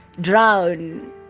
drown